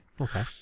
Okay